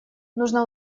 нужно